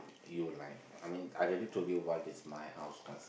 you like I mean I already told you what is my house concept